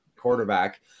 quarterback